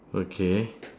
okay